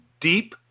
deep